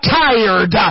tired